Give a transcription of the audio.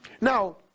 Now